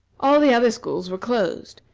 all the other schools were closed,